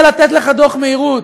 אני רוצה לתת לך דוח על מהירות.